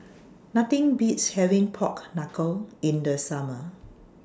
Nothing Beats having Pork Knuckle in The Summer